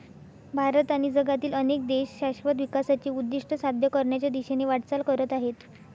भारत आणि जगातील अनेक देश शाश्वत विकासाचे उद्दिष्ट साध्य करण्याच्या दिशेने वाटचाल करत आहेत